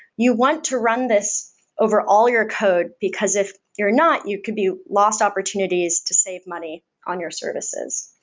you want to run this over all your code, because if you're not, you could be lost opportunities to save money on your services.